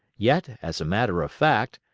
yet, as a matter of fact,